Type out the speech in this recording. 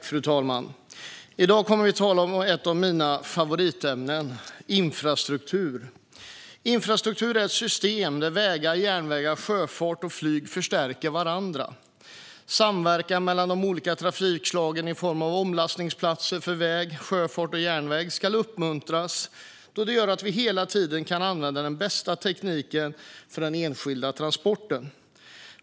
Fru talman! I dag kommer vi att tala om ett av mina favoritämnen, infrastruktur. Infrastruktur är ett system där vägar, järnvägar, sjöfart och flyg förstärker varandra. Samverkan mellan de olika trafikslagen i form av omlastningsplatser för väg, sjöfart och järnväg ska uppmuntras då det gör att vi hela tiden kan använda den bästa tekniken för den enskilda transporten.